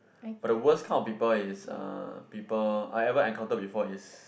but the worst kind of people is uh people I ever encountered before is